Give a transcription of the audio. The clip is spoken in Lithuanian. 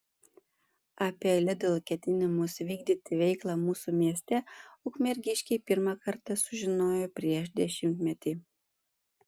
apie lidl ketinimus vykdyti veiklą mūsų mieste ukmergiškiai pirmą kartą sužinojo prieš dešimtmetį